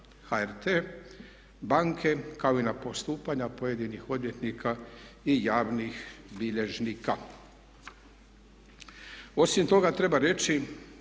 HRT, banke kao i na postupanja pojedinih odvjetnika i javnih bilježnika. Osim toga, treba reći